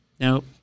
Nope